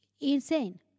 insane